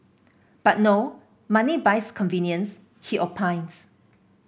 but no money buys convenience he opines